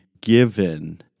given